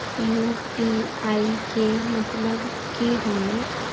UPI के मतलब की होने?